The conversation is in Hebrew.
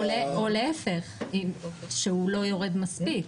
או להפך, שהוא לא יורד מספיק.